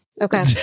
Okay